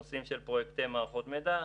נושאים של פרויקטי מערכות מידע,